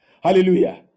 hallelujah